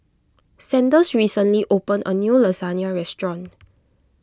Sanders recently opened a new Lasagne restaurant